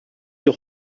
wir